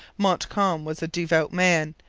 montcalm was a devout man.